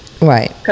Right